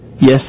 yes